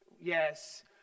Yes